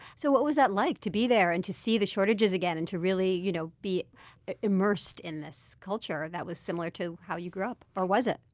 so what was that like, to be there and to see the shortages again and to really you know be immersed in this culture that was similar to how you grew up, or was it?